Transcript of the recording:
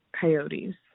coyotes